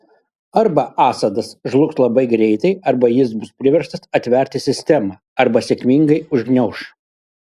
arba assadas žlugs labai greitai arba jis bus priverstas atverti sistemą arba sėkmingai užgniauš